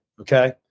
Okay